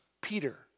Peter